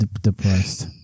depressed